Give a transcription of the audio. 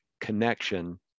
connection